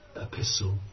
epistle